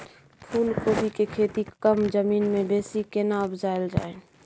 फूलकोबी के खेती कम जमीन मे बेसी केना उपजायल जाय?